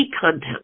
content